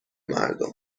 مردم